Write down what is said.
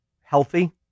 healthy